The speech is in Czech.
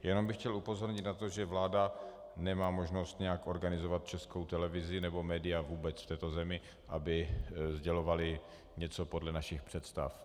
Já bych chtěl jenom upozornit na to, že vláda nemá možnost nějak organizovat Českou televizi nebo média vůbec v této zemi, aby sdělovaly něco podle našich představ.